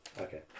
Okay